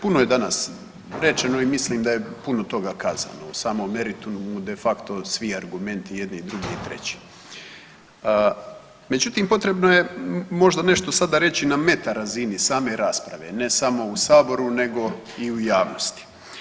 Puno je danas rečeno i mislim da je puno toga kazano u samom meritumu de facto svi argumenti jedni, drugi i treći, međutim potrebno je možda nešto reći na meta razini same rasprave ne samo u saboru nego i u javnosti.